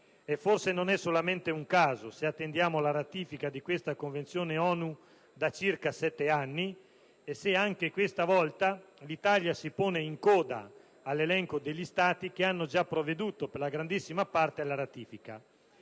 Forse non è solamente un caso se attendiamo la ratifica di questa Convenzione ONU da circa sette anni e se, anche questa volta, l'Italia si pone in coda all'elenco degli Stati che hanno già provveduto, in larghissima parte, alla ratifica.